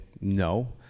no